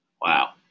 wow